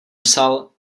psal